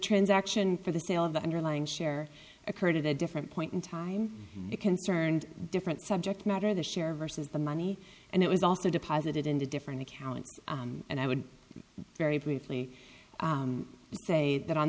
transaction for the sale of the underlying share occurred at a different point in time concerned different subject matter the share versus the money and it was also deposited in the different accounts and i would very briefly say that